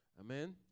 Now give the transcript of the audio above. Amen